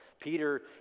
Peter